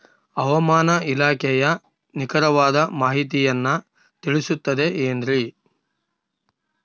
ಹವಮಾನ ಇಲಾಖೆಯ ನಿಖರವಾದ ಮಾಹಿತಿಯನ್ನ ತಿಳಿಸುತ್ತದೆ ಎನ್ರಿ?